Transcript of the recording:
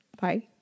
bye